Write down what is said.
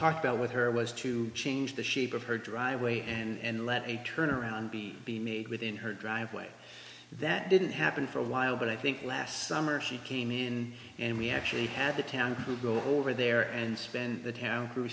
talked about with her was to change the shape of her driveway and let a turnaround be be made within her driveway that didn't happen for a while but i think last summer she came in and we actually had the town to go over there and spend the town